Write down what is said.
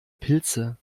pilze